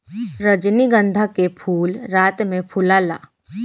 रजनीगंधा के फूल रात में फुलाला